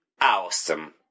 Awesome